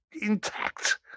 Intact